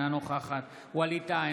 אינה נוכחת ווליד טאהא,